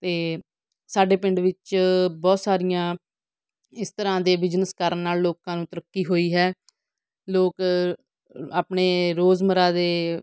ਅਤੇ ਸਾਡੇ ਪਿੰਡ ਵਿੱਚ ਬਹੁਤ ਸਾਰੀਆਂ ਇਸ ਤਰ੍ਹਾਂ ਦੇ ਬਿਜਨਸ ਕਰਨ ਨਾਲ ਲੋਕਾਂ ਨੂੰ ਤਰੱਕੀ ਹੋਈ ਹੈ ਲੋਕ ਆਪਣੇ ਰੋਜ਼ਮਰਾਂ ਦੇ